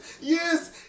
yes